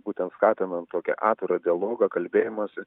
būtent skatinant tokį atvirą dialogą kalbėjimąsi